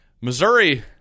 Missouri